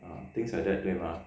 things like that 对吗